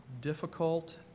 difficult